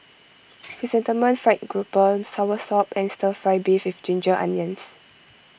Chrysanthemum Fried Grouper Soursop and Stir Fry Beef with Ginger Onions